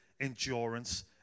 endurance